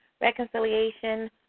reconciliation